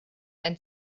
ein